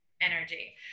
energy